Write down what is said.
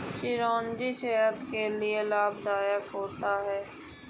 चिरौंजी सेहत के लिए लाभदायक होता है